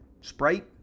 Sprite